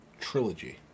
trilogy